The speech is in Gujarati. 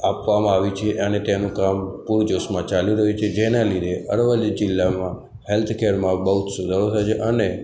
આપવામાં આવી છે અને તેનું કામ પૂરજોશમાં ચાલી રહ્યું છે જેના લીધે અરવલ્લી જિલ્લામાં હૅલ્થ કૅરમાં બહુ જ સુધારો થયો છે અને